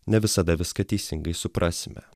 ne visada viską teisingai suprasime